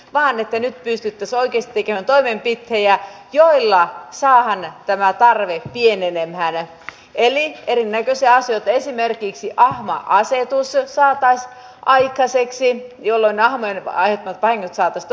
vaan eteni viisi tasoa kiistikin kovempi tilejä joilla on säähän ja tämä tarve pienenemään eli me tosiaan syytä esimerkiksi ahma asetus saataisiin aikaiseksi jolloin aho vertaa että paine saa tästä